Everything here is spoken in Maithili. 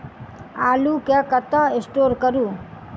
आलु केँ कतह स्टोर करू?